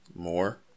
more